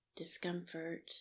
Discomfort